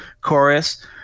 chorus